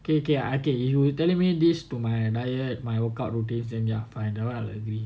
okay okay I ca~ you telling me this to my and I my workout routine then fine that [one] I'll agree